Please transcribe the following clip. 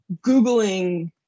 googling